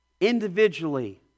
individually